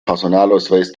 personalausweis